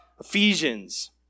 Ephesians